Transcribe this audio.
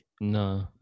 No